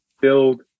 build